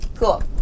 Cool